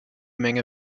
menge